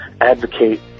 advocate